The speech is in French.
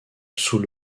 sous